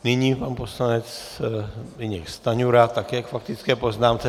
Nyní pan poslanec Zbyněk Stanjura také k faktické poznámce.